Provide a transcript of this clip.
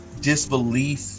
disbelief